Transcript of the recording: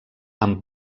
amb